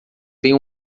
bem